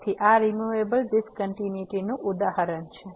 તેથી આ removable discontinuity નું ઉદાહરણ છે